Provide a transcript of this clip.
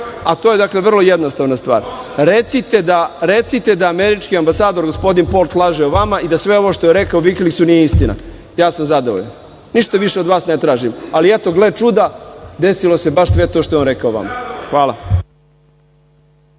a to je dakle vrlo jednostavna stvar, recite da američki ambasador, gospodin Polt laže vama i da sve ono što je rekao Vikiliksu da je sve istina i ja sam zadovoljan, ništa više ne tražim , ali eto gle čuda, desilo se baš sve to što je on rekao vama. **Ana